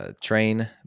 train